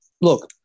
look